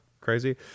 crazy